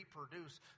reproduce